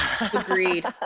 Agreed